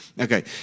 Okay